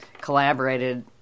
collaborated